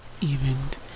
evened